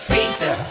Pizza